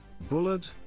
bullard